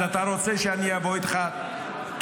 אז אתה רוצה שאני אבוא איתך טרומית?